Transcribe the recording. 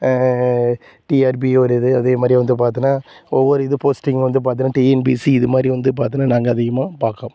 TRP ஒரு இது அதே மாதிரி வந்து பார்த்தினா ஒவ்வொரு இது போஸ்டிங் வந்து பார்த்தினா டிஎன்பிஎஸ்சி இது மாதிரி வந்து பார்த்தினா நாங்கள் அதிகமாக பார்க்குறோம்